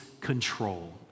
control